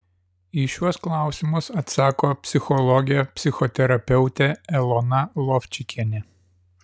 į šiuos klausimus atsako psichologė psichoterapeutė elona lovčikienė